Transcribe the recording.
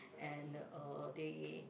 and uh they